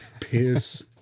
Pierce